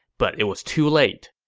but it was too late.